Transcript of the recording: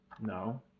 No